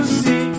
see